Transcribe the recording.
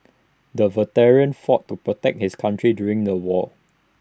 the veteran fought to protect his country during the war